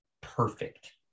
perfect